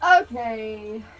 Okay